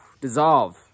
dissolve